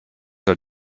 are